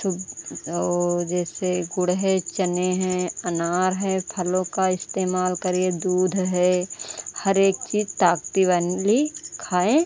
सुब ओ जैसे गुड़ है चने है अनार है फलों का इस्तेमाल करिए दूध है हर एक चीज़ ताकती वाली खाएं